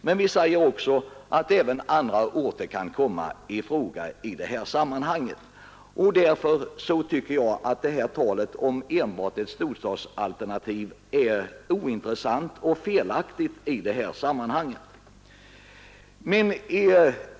Men vi sade också att även andra orter kunde komma i fråga i det här sammanhanget. Därför tycker jag att talet om enbart ett storstadsalternativ är ointressant och felaktigt i det här sammanhanget.